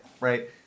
right